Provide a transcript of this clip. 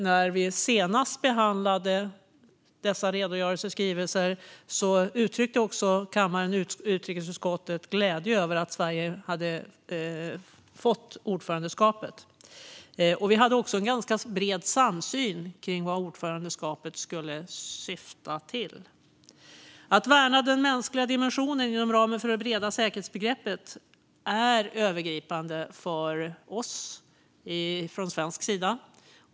När vi senast behandlade dessa redogörelser och skrivelser uttryckte också kammaren och utrikesutskottet glädje över att Sverige hade fått ordförandeskapet. Vi hade också en ganska bred samsyn om vad ordförandeskapet skulle syfta till. Att värna den mänskliga dimensionen inom ramen för det breda säkerhetsbegreppet är övergripande för oss från svensk sida.